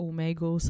Omega